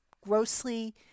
grossly